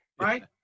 right